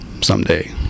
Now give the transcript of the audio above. someday